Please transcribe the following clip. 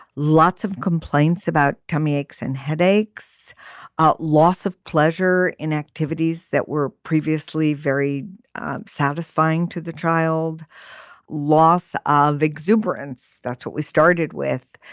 lots of complaints about tummy aches and headaches ah loss of pleasure in activities that were previously very satisfying to the child loss of exuberance. that's what we started with.